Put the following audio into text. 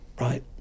right